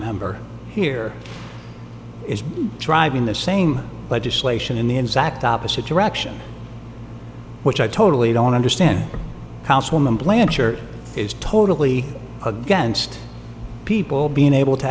member here is driving the same legislation in the exact opposite direction which i totally don't understand councilman blancher is totally against people being able to